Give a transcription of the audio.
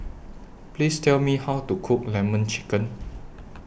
Please Tell Me How to Cook Lemon Chicken